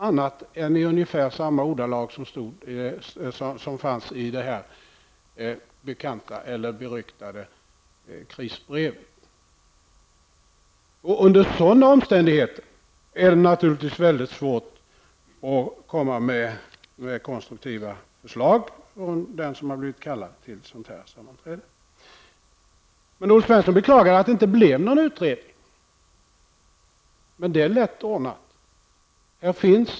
De talade i ungefär samma ordalag som man gjorde i det beryktade krisbrevet. Under sådana omständigheter är det naturligtvis mycket svårt för den som har blivit kallad till ett sammanträde av detta slag att lägga fram konstruktiva förslag. Olle Svensson beklagar att det inte blev någon utredning, men det är lätt ordnat.